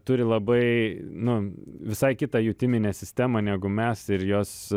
turi labai nu visai kitą jutiminę sistemą negu mes ir jos